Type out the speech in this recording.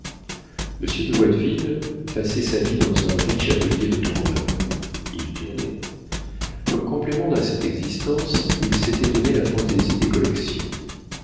monsieur de watteville passait sa vie dans un riche atelier de tourneur il tournait comme complément à cette existence il s'était donné la fantaisie des collections